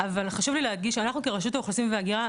אבל חשוב לי להדגיש שאנחנו כרשות האוכלוסין וההגירה,